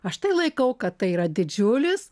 aš tai laikau kad tai yra didžiulis